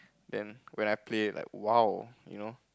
then when I play like !wow! you know